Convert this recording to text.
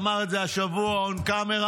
אמר את זה השבוע on camera,